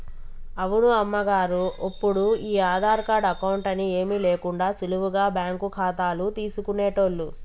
అవును అమ్మగారు ఒప్పుడు ఈ ఆధార్ కార్డు అకౌంట్ అని ఏమీ లేకుండా సులువుగా బ్యాంకు ఖాతాలు తీసుకునేటోళ్లు